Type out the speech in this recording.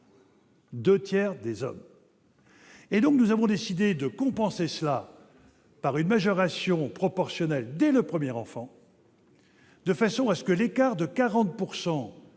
deux tiers des hommes ! Nous avons décidé de compenser ce phénomène par une majoration proportionnelle dès le premier enfant, de façon à ce que l'écart de 40